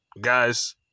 guys